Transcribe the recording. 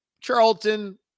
Charlton